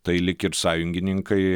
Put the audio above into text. tai lyg ir sąjungininkai